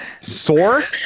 sword